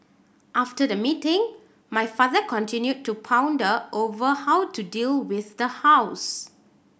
after the meeting my father continued to ponder over how to deal with the house